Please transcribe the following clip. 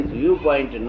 viewpoint